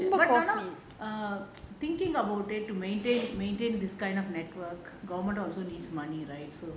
but right now err thinking about it to maintain maintain this kind of network government also needs money right so